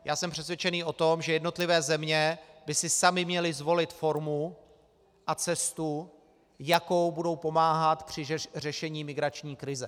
Já jsem přesvědčený o tom, že jednotlivé země by si samy měly zvolit formu a cestu, jakou budou pomáhat při řešení migrační krize.